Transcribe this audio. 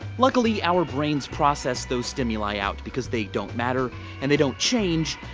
luckily, our brains process those stimuli out because they don't matter and they don't change.